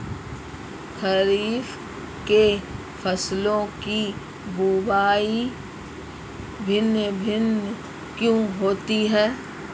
खरीफ के फसलों की बुवाई भिन्न भिन्न क्यों होती है?